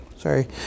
Sorry